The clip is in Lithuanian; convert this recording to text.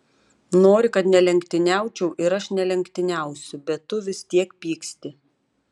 nori kad nelenktyniaučiau ir aš nelenktyniausiu bet tu vis tiek pyksti